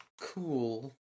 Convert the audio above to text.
Cool